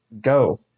go